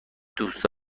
دوست